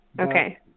Okay